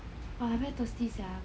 !wah! I very thirsty sia